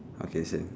okay same